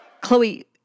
Chloe